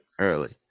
Early